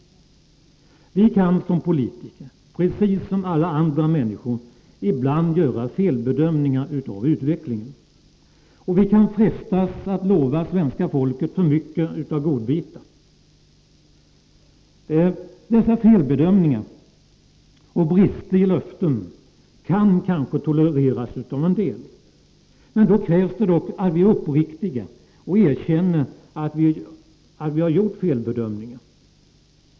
Vi kan som politiker — precis som alla andra människor — ibland göra felbedömningar av utvecklingen. Vi kan också frestas att lova svenska folket för mycket av godbitar. Dessa felbedömningar och brister i löften kan kanske tolereras av en del. Då krävs det dock att vi är uppriktiga och erkänner att vi har gjort felbedömningar.